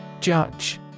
Judge